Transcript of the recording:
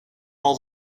all